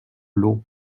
l’eau